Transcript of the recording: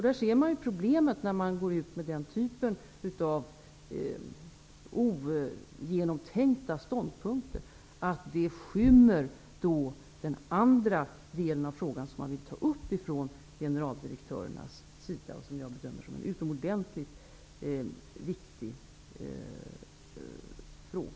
Man ser här problemet med att gå ut med den typen av ogenomtänkta ståndpunkter. Det skymmer den del av frågan som generaldirektörerna vill ta upp, och som jag bedömer som en utomordentligt viktig fråga.